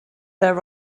there